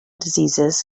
diseases